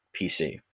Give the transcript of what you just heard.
PC